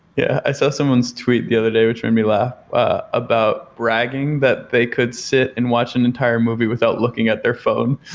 yeah. i saw someone's tweet the other, which made me laugh, about bragging that they could sit and watch and entire movie without looking at their phone.